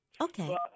Okay